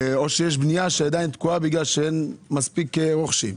או יש בנייה שעדיין תקועה כי אין מספיק רוכשים.